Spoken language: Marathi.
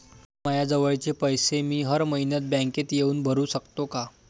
मायाजवळचे पैसे मी हर मइन्यात बँकेत येऊन भरू सकतो का?